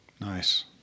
Nice